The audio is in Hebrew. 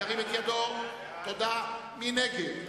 מי נגד?